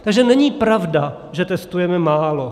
Takže není pravda, že testujeme málo.